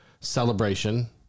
Celebration